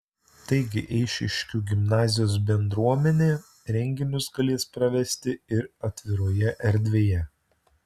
taigi eišiškių gimnazijos bendruomenė renginius galės pravesti ir atviroje erdvėje